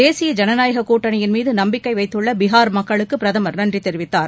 தேசிய ஜனநாயக கூட்டனியின் மீது நம்பிக்கை வைத்துள்ள பிகார் மக்களுக்குப் பிரதமர் நன்றி தெரிவித்தார்